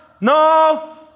no